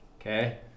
Okay